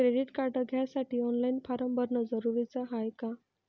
Credit card घ्यासाठी online form भरन जरुरीच हाय का?